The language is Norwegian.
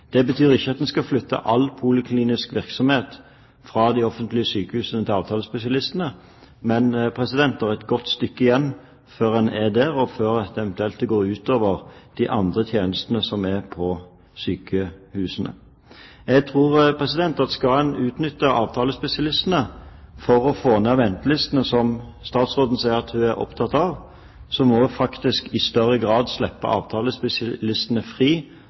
Det betyr ikke at vi skal flytte all poliklinisk virksomhet fra de offentlige sykehusene til avtalespesialistene. Det er et godt stykke igjen før en er der, og før det eventuelt går ut over de andre tjenestene på sykehusene. Jeg tror at skal en utnytte avtalespesialistene for å få ned ventelistene, som statsråden sier hun er opptatt av, så må vi faktisk i større grad slippe avtalespesialistene fri